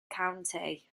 county